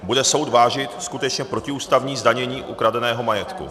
Bude soud vážit skutečně protiústavní zdanění ukradeného majetku.